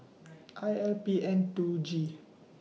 I L P N two G